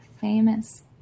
famous